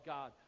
God